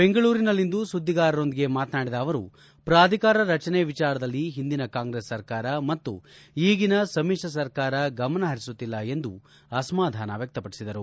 ಬೆಂಗಳೂರಿನಲ್ಲಿಂದು ಸುಧಿಗಾರರೊಂದಿಗೆ ಮಾತನಾಡಿದ ಅವರು ಪಾಧಿಕಾರ ರಚನೆ ವಿಚಾರದಲ್ಲಿ ಹಿಂದಿನ ಕಾಂಗ್ರೆಸ್ ಸರ್ಕಾರ ಮತ್ನು ಈಗಿನ ಸಮಿಶ್ರ ಸರ್ಕಾರ ಗಮನ ಹರಿಸುತ್ತಿಲ್ಲ ಎಂದು ಅಸಮಾಧಾನ ವ್ಯಕ್ತಪಡಿಸಿದರು